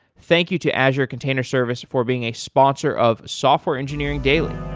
thank you to azure container service for being a sponsor of software engineering daily